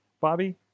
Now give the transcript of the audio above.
Bobby